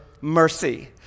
mercy